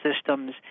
systems